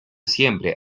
siempre